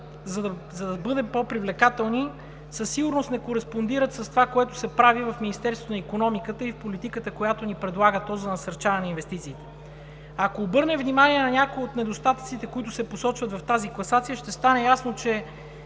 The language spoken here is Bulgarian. за да бъдем по привлекателни, със сигурност не кореспондират с това, което се прави в Министерството на икономиката и политиката, която ни предлага то за насърчаване на инвестиции. Ако обърнем внимание на някои от недостатъците, които се посочват в тази класация, ще стане ясно, че